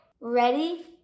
Ready